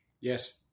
Yes